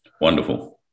Wonderful